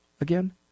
again